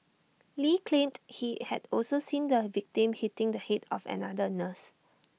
lee claimed he had also seen the victim hitting the Head of another nurse